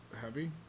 heavy